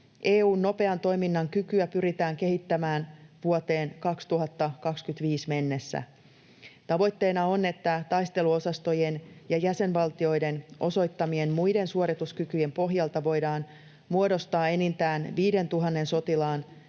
EU:n nopean toiminnan kykyä pyritään kehittämään vuoteen 2025 mennessä. Tavoitteena on, että taisteluosastojen ja jäsenvaltioiden osoittamien muiden suorituskykyjen pohjalta voidaan muodostaa enintään 5 000 sotilaan